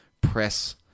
press